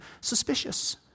suspicious